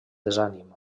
desànim